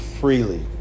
freely